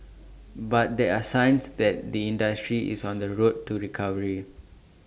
but there are signs that the industry is on the road to recovery